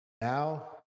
Now